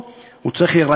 הוא צריך להשקיע את כספו,